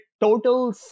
total